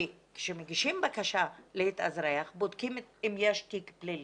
כשמגישים בקשה להתאזרח, בודקים אם יש תיק פלילי,